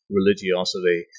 religiosity